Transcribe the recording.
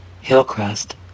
Hillcrest